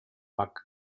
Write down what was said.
bakanlar